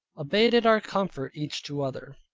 abated our comfort each to other.